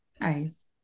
nice